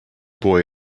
boy